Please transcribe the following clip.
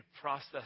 process